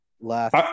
last